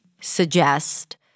suggest